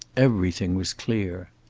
everything was clear.